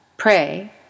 pray